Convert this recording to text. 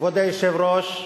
כבוד היושב-ראש,